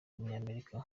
w’umunyamerika